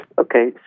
Okay